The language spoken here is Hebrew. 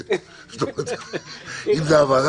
נשארו 12. אבל ארבל,